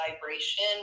vibration